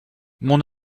mon